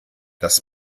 das